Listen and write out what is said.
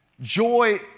Joy